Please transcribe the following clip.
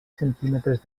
centímetres